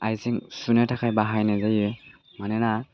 आइजें सुनो थाखाय बाहानाय जायो मोनोना